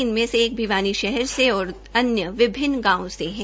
इनमें से एक भिवानी शहर से और अन्य विभिन्न गांवों से है